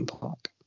Park